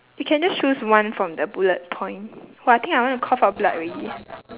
you can just choose one from the bullet point !wah! I think I want to cough up blood already